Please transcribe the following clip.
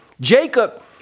Jacob